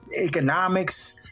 economics